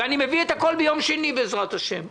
ואני מביא את הכול ביום שני בעזרת השם.